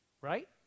right